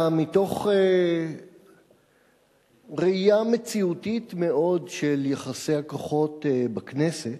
מתוך ראייה מציאותית מאוד של יחסי הכוחות בכנסת,